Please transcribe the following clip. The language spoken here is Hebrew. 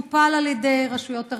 הוא טופל על ידי רשויות הרווחה,